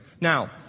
Now